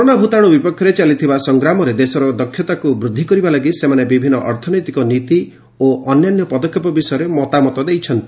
corona ଭୂତାଣୁ ବିପକ୍ଷରେ ଚାଲିଥିବା ସଂଗ୍ରାମରେ ଦେଶର ଦକ୍ଷତାକୁ ବୃଦ୍ଧି କରିବା ଲାଗି ସେମାନେ ବିଭିନ୍ନ ଅର୍ଥନୈତିକ ନୀତି ଓ ଅନ୍ୟାନ୍ୟ ପଦକ୍ଷେପ ବିଷୟରେ ମତାମତ ଦେଇଛନ୍ତି